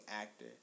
Actor